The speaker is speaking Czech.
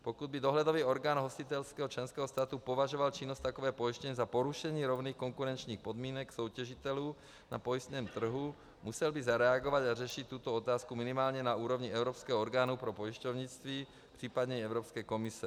Pokud by dohledový orgán hostitelského členského státu považoval činnost takové pojišťovny za porušení rovných konkurenčních podmínek soutěžitelů na pojistném trhu, musel by zareagovat a řešit tuto otázku minimálně na úrovni evropského orgánu pro pojišťovnictví případně i Evropské komise.